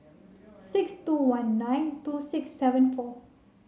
six two one nine two six seven four